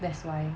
that's why